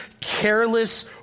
careless